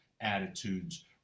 attitudes